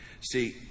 See